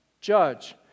judge